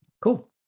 cool